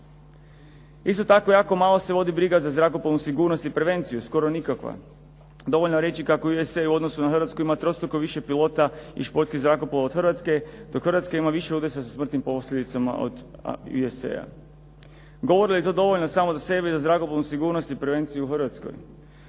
Isto tako jako malo se vodi briga za zrakoplovnom sigurnosti i prevencijom, skoro nikakva. Dovoljno je reći kako je USA u odnosu na Hrvatsku ima trostruko više pilota i športskih zrakoplova od Hrvatske, dok Hrvatska ima više udesa sa smrtnim posljedicama od USA. Govori li i to samo za sebe i za zrakoplovnom sigurnosti prevencije u Hrvatskoj?